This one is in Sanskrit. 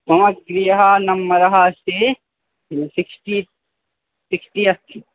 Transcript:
मम प्रियः नम्बरः अस्ति सिक्स्टी सिक्स्टी अस्ति